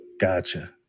Gotcha